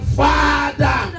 father